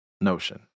notion